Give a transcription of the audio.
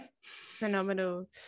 Phenomenal